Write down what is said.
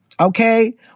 Okay